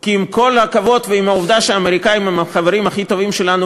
כי עם כל הכבוד ועם העובדה שהאמריקנים הם החברים הכי טובים שלנו,